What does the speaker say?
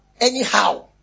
anyhow